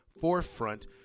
forefront